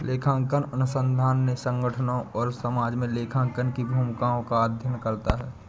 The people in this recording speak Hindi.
लेखांकन अनुसंधान ने संगठनों और समाज में लेखांकन की भूमिकाओं का अध्ययन करता है